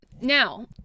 Now